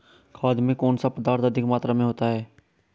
खाद में कौन सा पदार्थ अधिक मात्रा में होता है?